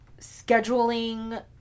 scheduling